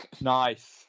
Nice